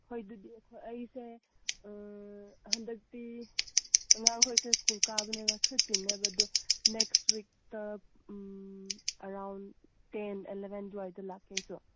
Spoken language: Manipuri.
ꯍꯣꯏ ꯑꯗꯨꯗꯤ ꯑꯩꯈꯣꯏ ꯑꯩꯁꯦ ꯍꯟꯗꯛꯇꯤ ꯑꯉꯥꯡꯈꯣꯏꯁꯨ ꯁ꯭ꯀꯨꯜ ꯀꯥꯕꯅꯤꯅ ꯈꯔ ꯆꯤꯟꯂꯦꯕ ꯑꯗꯣ ꯅꯦꯛꯁ ꯋꯤꯛꯇ ꯎꯝ ꯑꯦꯔꯥꯎꯟ ꯇꯦꯟ ꯑꯦꯂꯕꯦꯟ ꯑꯗꯨꯋꯥꯏꯗ ꯂꯥꯛꯀꯦ ꯑꯩꯁꯨ